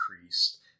increased